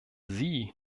sie